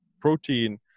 protein